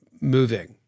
moving